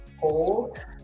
Hold